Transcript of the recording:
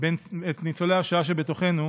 את ניצולי השואה שבתוכנו,